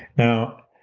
now,